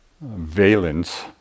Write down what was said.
valence